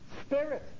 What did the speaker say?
spirit